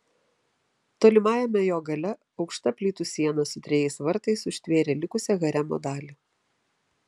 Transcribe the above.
tolimajame jo gale aukšta plytų siena su trejais vartais užtvėrė likusią haremo dalį